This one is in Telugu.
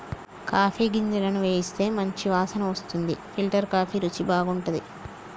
కాఫీ గింజలను వేయిస్తే మంచి వాసన వస్తుంది ఫిల్టర్ కాఫీ రుచి బాగుంటది